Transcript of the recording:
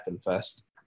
first